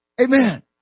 Amen